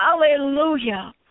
Hallelujah